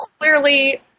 clearly